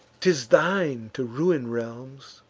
t is thine to ruin realms,